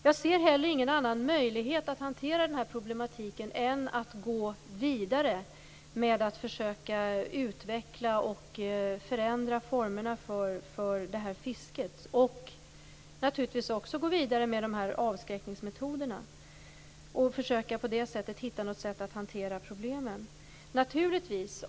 Jag ser heller ingen annan möjlighet att hantera den här problematiken än att gå vidare med att försöka utveckla och förändra formerna för fisket. Naturligtvis skall vi också gå vidare med avskräckningsmetoderna och på det sättet försöka hitta något sätt att hantera problemen.